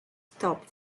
stop